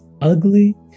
ugly